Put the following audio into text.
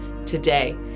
today